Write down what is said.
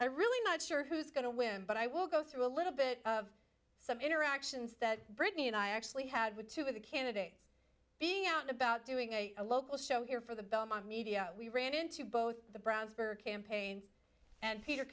are really not sure who's going to win but i will go through a little bit of some interactions that britney and i actually had with two of the candidates being out about doing a local show here for the belmont media we ran into both the brownsburg campaign and peter